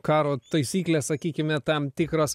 karo taisyklės sakykime tam tikros